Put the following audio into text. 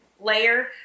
layer